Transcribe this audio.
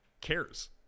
cares